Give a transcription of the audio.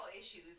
issues